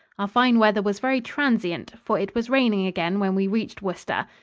our fine weather was very transient, for it was raining again when we reached worcester.